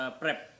prep